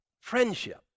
friendship